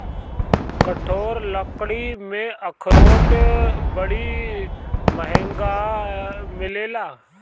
कठोर लकड़ी में अखरोट बड़ी महँग मिलेला